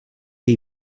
que